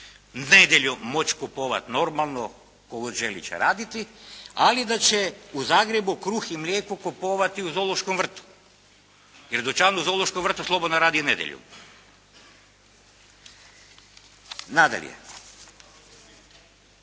nedjeljom moći kupovati normalno tko god želi će raditi. Ali da će u Zagrebu kruh i mlijeko kupovati u zoološkom vrtu. Jer dućan u zoološkom vrtu slobodno radi i nedjeljom. Nadalje.